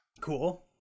Cool